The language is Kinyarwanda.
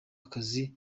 akazi